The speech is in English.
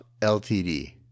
LTD